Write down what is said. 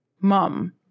mum